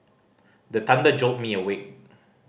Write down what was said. the thunder jolt me awake